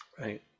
right